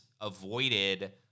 avoided